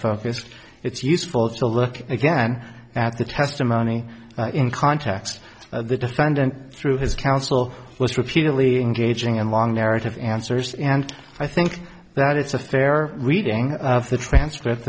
focused it's useful to look again at the testimony in context the defendant through his counsel was repeatedly engaging in long narrative answers and i think that it's a fair reading of the transcript